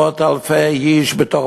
וככה הלכו עשרות-אלפי איש בתוך